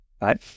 right